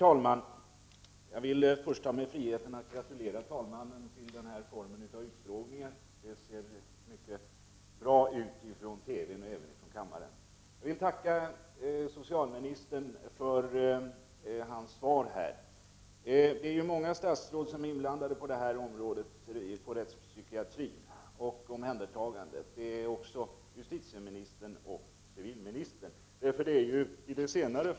Herr talman! Först tar jag mig friheten att gratulera talmannen till den här formen av utfrågningar. Det ser mycket bra ut i TV:n och även här från kammaren. Jag vill också tacka socialministern för hans svar på min fråga. Många statsråd är ju inblandade när det gäller rättspsykiatrins område — det handlar t.ex. om omhändertaganden i dessa sammanhang. Både justitieministern och civilministern har ju ett ansvar här.